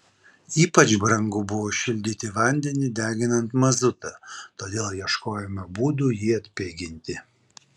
ypač brangu buvo šildyti vandenį deginant mazutą todėl ieškojome būdų jį atpiginti